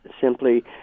simply